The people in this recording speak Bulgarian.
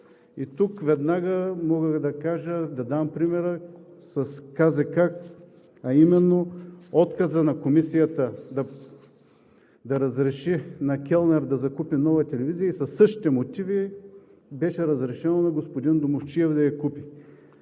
Тук веднага мога да кажа, да дам пример с КЗК, а именно отказът на Комисията да разреши на келнер да закупи „Нова телевизия“ и със същите мотиви беше разрешено на господин Домусчиев да я купи.